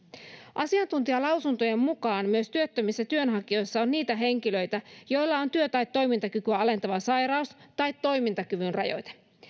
asiantuntijalausuntojen mukaan työttömissä työnhakijoissa on myös niitä henkilöitä joilla on työ tai toimintakykyä alentava sairaus tai toimintakyvyn rajoite